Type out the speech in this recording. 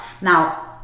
now